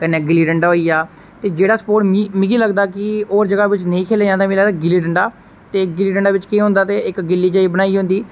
कन्नै गिल्ली डंडा होई गेआ ते जेहड़ा स्पोर्टस मिगी लगदा कि और जगह बिच नेईं खेलेआ जंदा गिल्ली डडां ते गिल्ली डंडा बिच केह् होंदा के इक गिल्ली बनाई दी होंदी